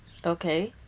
okay